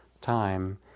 time